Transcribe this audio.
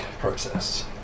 process